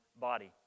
body